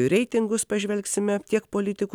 reitingus pažvelgsime tiek politikų